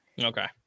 Okay